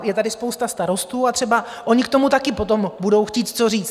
Je tady spousta starostů a třeba oni k tomu taky potom budou chtít co říct.